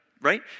right